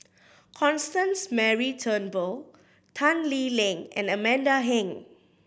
Constance Mary Turnbull Tan Lee Leng and Amanda Heng